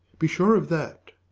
be sure of that.